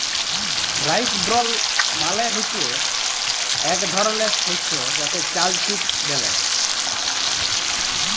rice bran মালে হচ্যে ইক ধরলের শস্য যাতে চাল চুষ ব্যলে